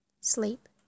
Sleep